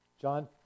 John